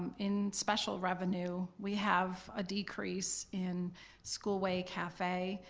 um in special revenue, we have a decrease in school way cafe.